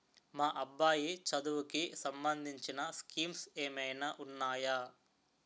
మా అబ్బాయి చదువుకి సంబందించిన స్కీమ్స్ ఏమైనా ఉన్నాయా?